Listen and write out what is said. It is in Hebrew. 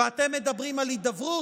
ואתם מדברים על הידברות?